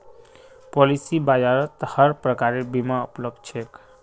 policy बाजारत हर प्रकारेर बीमा उपलब्ध छेक